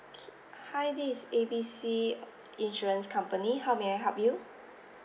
hi this A B C insurance company how may I help you